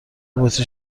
بطری